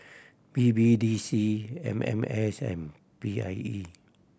B B D C M M S and P I E